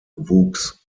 wuchs